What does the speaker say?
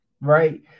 right